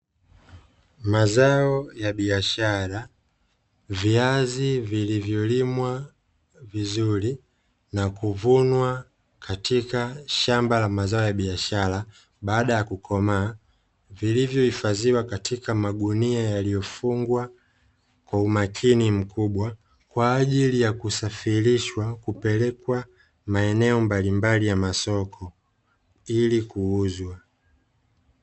Mazao ya biashara, viazi vilivyolimwa vizuri na kuvunwa katika shamba la mazao ya biashara baada ya kukomaa. Vilivyohifadhiwa katika magunia yaliyofungwa kwa umakini mkubwa, kwa ajili ya kusafirishwa kupelekwa maeneo mbalimbali ya masoko ili kuuzwa.